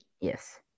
Yes